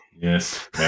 Yes